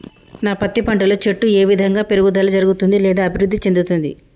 నా పత్తి పంట లో చెట్టు ఏ విధంగా పెరుగుదల జరుగుతుంది లేదా అభివృద్ధి చెందుతుంది?